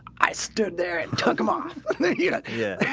i stood there and took them off yeah yeah